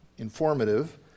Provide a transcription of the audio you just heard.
informative